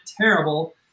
terrible